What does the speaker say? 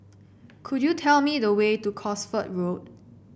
could you tell me the way to Cosford Road